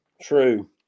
True